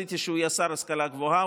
רציתי שהוא יהיה שר ההשכלה הגבוהה.